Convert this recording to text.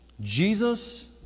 Jesus